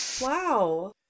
Wow